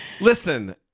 Listen